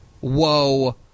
whoa